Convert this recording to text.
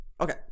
Okay